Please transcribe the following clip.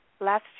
Last